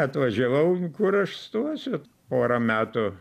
atvažiavau kur aš stosiu porą metų